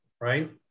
right